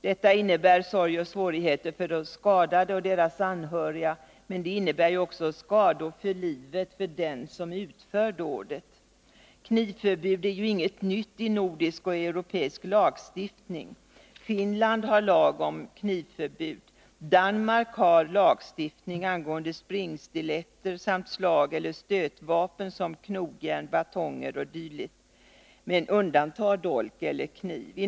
Detta innebär sorg och svårigheter för de skadade och deras anhöriga, men det innebär också skador för livet för den som utför dådet. Knivförbud är inget nytt i nordisk och europeisk lagstiftning. Finland har lag om knivförbud. Danmark har lagstiftning angående springstiletter samt slageller stötvapen som knogjärn, batonger o. d. men undantar dolk och fall att bära livsfarligt vapen kniv.